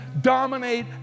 dominate